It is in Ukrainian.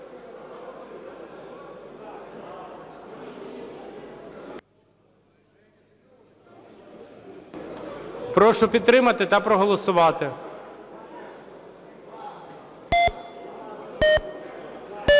Прошу підтримати та проголосувати.